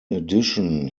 addition